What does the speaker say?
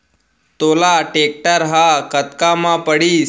तोला टेक्टर ह कतका म पड़िस?